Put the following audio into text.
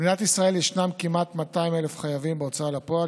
במדינת ישראל יש כמעט 200,000 חייבים בהוצאה לפועל